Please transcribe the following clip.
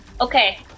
Okay